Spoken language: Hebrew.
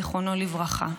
זיכרונו לברכה.